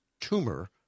tumor